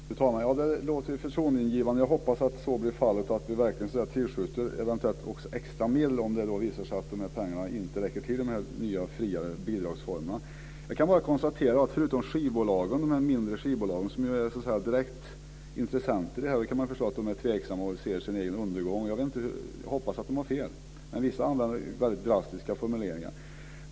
Fru talman! Det låter förtroendeingivande. Jag hoppas att så blir fallet, och att man verkligen tillskjuter eventuella extra medel om det visar sig att pengarna inte räcker till i de nya friare bidragsformerna. Jag kan bara konstatera att de mindre skivbolagen ser sin egen undergång. De är ju direktintressenter i detta och man kan förstå att de är tveksamma. Jag hoppas att de har fel, men vissa använder väldigt drastiska formuleringar.